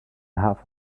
half